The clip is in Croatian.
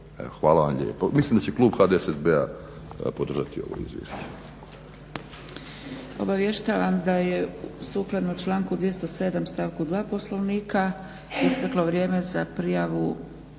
hvala vam lijepo. Mislim da će klub HDSSB-a podržati ovu izmjenu.